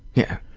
yeah.